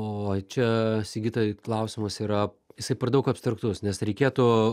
oi čia sigita klausimas yra jisai per daug abstraktus nes reikėtų